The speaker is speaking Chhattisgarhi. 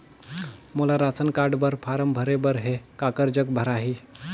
मोला राशन कारड बर फारम भरे बर हे काकर जग भराही?